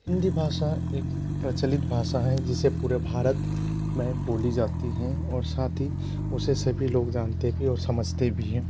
हिंदी भाषा एक प्रचलित भाषा है जिसे पूरे भारत में बोली जाती हैं और साथ ही उसे सभी लोग जानते भी और समझते भी हैं